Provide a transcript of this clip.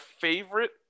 favorite